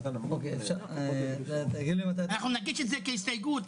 אנחנו נגיש את זה כהסתייגות,